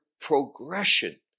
progression